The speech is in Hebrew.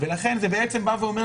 לכן זה אומר,